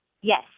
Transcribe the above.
Yes